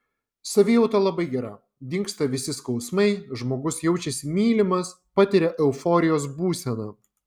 savijauta labai gera dingsta visi skausmai žmogus jaučiasi mylimas patiria euforijos būseną